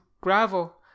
gravel